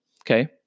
Okay